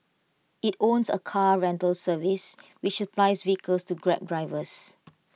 IT owns A car rental service which supplies vehicles to grab drivers